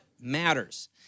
matters